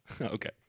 okay